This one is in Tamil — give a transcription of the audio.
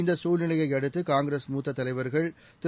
இந்தசூழ்நிலையையடுத்துகாங்கிரஸ் மூத்ததலைவரகள் திரு